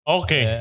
okay